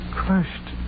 crushed